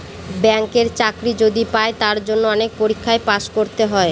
ব্যাঙ্কের চাকরি যদি পাই তার জন্য অনেক পরীক্ষায় পাস করতে হয়